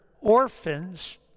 orphans